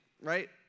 right